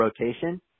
rotation